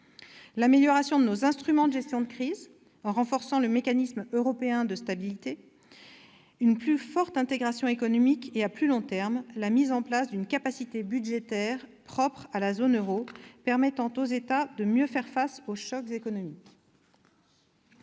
l'amélioration de nos instruments de gestion de crise, en renforçant le mécanisme européen de stabilité, ainsi qu'une plus forte intégration économique et, à plus long terme, la mise en place d'une capacité budgétaire propre à la zone euro permettant aux États de mieux faire face aux chocs économiques.